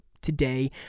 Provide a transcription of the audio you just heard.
today